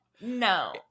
No